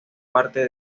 parte